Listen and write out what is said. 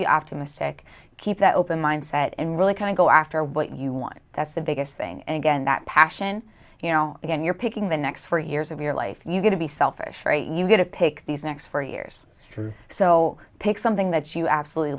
be optimistic keep that open mind set and really kind of go after what you want that's the biggest thing and again that passion you know again you're picking the next for hears of your life you get to be selfish you get to pick these next four years so pick something that you absolutely